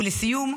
ולסיום,